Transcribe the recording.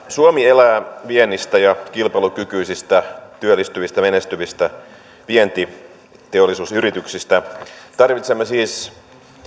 suomi elää viennistä ja kilpailukykyisistä työllistävistä menestyvistä vientiteollisuusyrityksistä tarvitsemme siis